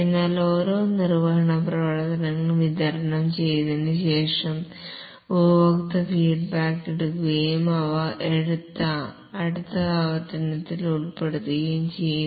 എന്നാൽ ഓരോ നിർവ്വഹണ പ്രവർത്തനവും വിതരണം ചെയ്തതിനുശേഷം ഉപഭോക്തൃ ഫീഡ്ബാക്ക് എടുക്കുകയും അവ അടുത്ത ആവർത്തനത്തിൽ ഉൾപ്പെടുത്തുകയും ചെയ്യുന്നു